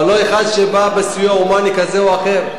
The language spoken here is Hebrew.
אבל לא אחד שבא בסיוע הומני כזה או אחר.